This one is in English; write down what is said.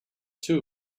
two